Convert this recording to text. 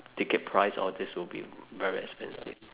ticket price all this will be very expensive